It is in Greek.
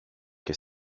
και